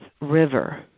River